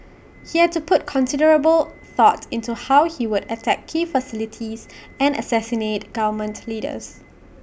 he had put considerable thought into how he would attack key facilities and assassinate government leaders